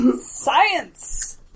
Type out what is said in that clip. Science